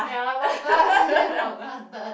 ya take for granted